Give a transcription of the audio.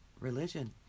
religion